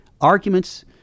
arguments